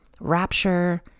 rapture